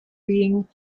being